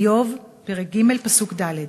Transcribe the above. איוב, פרק ג', פסוק ד'.